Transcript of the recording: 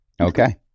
Okay